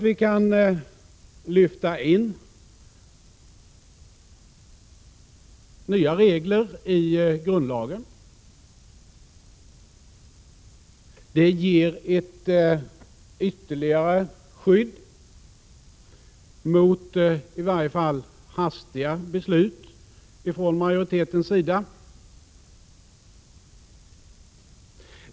Vi kan lyfta in nya regler i grundlagen. Det ger ett ytterligare skydd mot i varje fall hastiga beslut ifrån majoritetens sida.